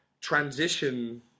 transition